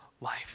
life